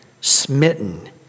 smitten